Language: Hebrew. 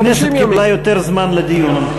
הכנסת קיבלה יותר זמן לדיון.